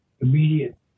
immediate